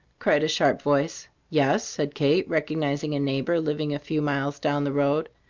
cried a sharp voice. yes, said kate, recognizing a neighbour, living a few miles down the road.